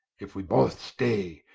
if we both stay,